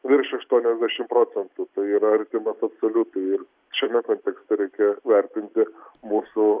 virš aštuoniasdešimt procentų tai yra artimas absoliutui ir šiame kontekste reikia vertinti mūsų